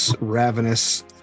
ravenous